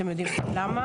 אתם יודעים למה.